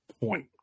Point